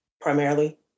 primarily